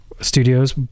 studios